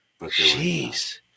Jeez